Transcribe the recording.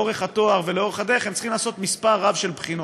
לאורך התואר ולאורך הדרך הם צריכים לעשות מספר רב של בחינות.